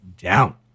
down